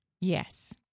Yes